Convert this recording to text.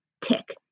tick